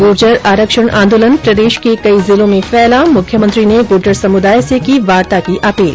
गुर्जर आरक्षण आंदोलन प्रदेश के कई जिलों में फैला मुख्यमंत्री ने गुर्जर समुदाय से की वार्ता की अपील